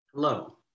Hello